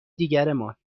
دیگرمان